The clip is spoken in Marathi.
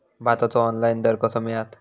भाताचो ऑनलाइन दर कसो मिळात?